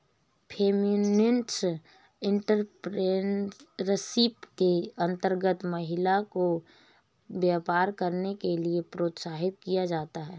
feminist entrepreneurship के अंतर्गत महिला को व्यापार करने के लिए प्रोत्साहित किया जाता है